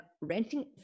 renting